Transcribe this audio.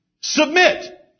Submit